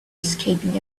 escaping